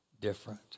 different